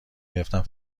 گرفتم